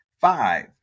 Five